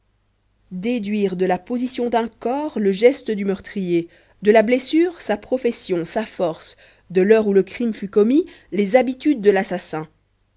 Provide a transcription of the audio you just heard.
déduire de la position d'un corps le geste du meurtrier de la blessure sa profession sa force de l'heure où le crime fut commis les habitudes de l'assassin